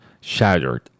Shattered